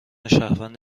شهروند